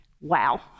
wow